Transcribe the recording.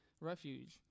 refuge